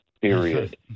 period